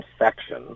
infection